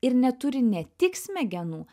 ir neturi ne tik smegenų